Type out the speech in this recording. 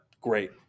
great